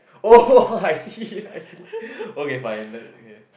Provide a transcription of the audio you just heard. oh I see I see okay fine that okay